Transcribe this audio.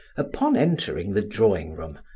upon entering the drawing-room,